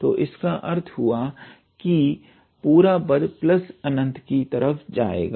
तो इसका अर्थ हुआ कि पूरा पद ∞ की ओर जाएगा